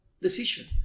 decision